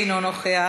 אינו נוכח,